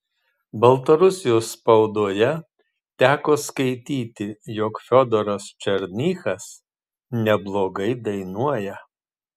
baltarusijos spaudoje teko skaityti jog fiodoras černychas neblogai dainuoja